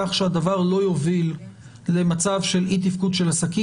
כך שהדבר לא יוביל למצב של אי תפקוד של עסקים.